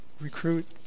recruit